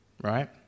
right